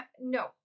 No